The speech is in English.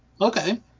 okay